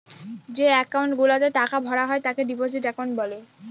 যে একাউন্ট গুলাতে টাকা ভরা হয় তাকে ডিপোজিট একাউন্ট বলে